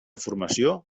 formació